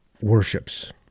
worships